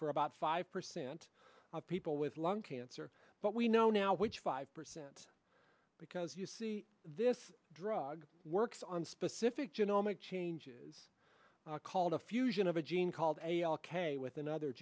for about five percent of people with lung cancer but we know now which five percent because you see this drug works on specific genomic changes called a fusion of a gene called a all k with another